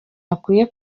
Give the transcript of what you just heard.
bakwiye